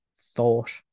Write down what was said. thought